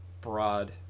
broad